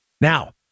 Now